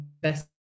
best